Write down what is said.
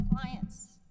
clients